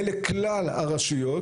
יהיה לכלל הרשויות.